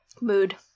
Mood